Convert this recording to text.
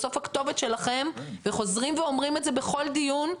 בסוף הכתובת שלכם וחוזרים ואומרים את זה בכל דיון,